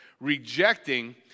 rejecting